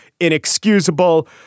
inexcusable